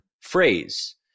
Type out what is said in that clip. phrase